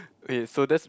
wait so that's